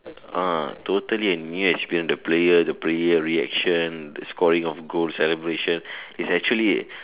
ah totally a new experience the player the player reaction the scoring of goals celebration it's actually